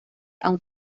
aún